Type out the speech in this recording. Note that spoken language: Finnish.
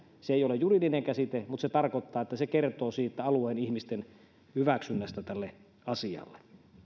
se ei ole juridinen käsite mutta se tarkoittaa että se kertoo siitä alueen ihmisten hyväksynnästä tälle asialle